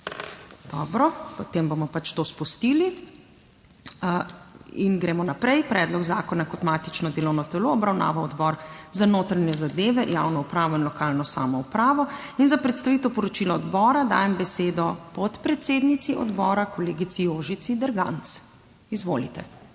dobro, potem bomo pač to spustili in gremo naprej. Predlog zakona je kot matično delovno telo obravnaval Odbor za notranje zadeve, javno upravo in lokalno samoupravo. in za predstavitev poročila odbora dajem besedo podpredsednici odbora, kolegici Jožici Derganc, izvolite.